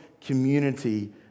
community